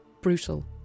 brutal